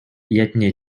ятне